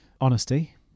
Honesty